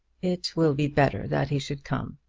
it will be better that he should come,